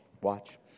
watch